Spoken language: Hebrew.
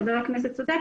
חבר הכנסת צדק,